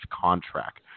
contract